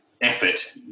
effort